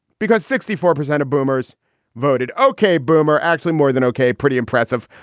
because sixty four percent of boomers voted. ok. boomer actually more than ok. pretty impressive,